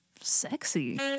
sexy